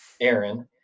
Aaron